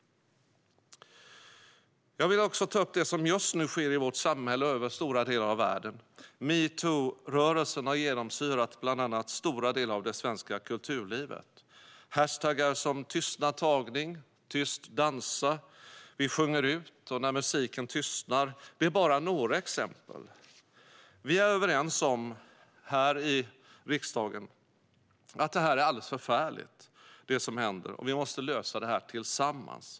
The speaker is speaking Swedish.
Jag vill också ta upp det som just nu sker i vårt samhälle och över stora delar av världen. Metoo-rörelsen har genomsyrat bland annat stora delar av det svenska kulturlivet - hashtaggar som Tystnad tagning, Tyst dansa, Vi sjunger ut och När musiken tystnar är bara några exempel. Vi här i riksdagen är överens om att det som händer är alldeles förfärligt. Vi måste lösa detta tillsammans.